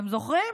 אתה זוכרים?